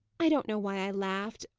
i don't know why i laughed.